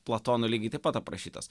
platono lygiai taip pat aprašytas